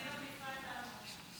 אני מחליפה את אלמוג.